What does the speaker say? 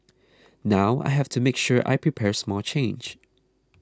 now I have to make sure I prepare small change